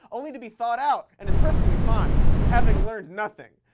only to be thawed out and is perfectly fine, having learned nothing.